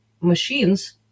machines